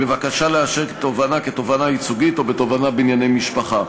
בבקשה לאשר תובענה כתובענה ייצוגית או בתובענה בענייני משפחה.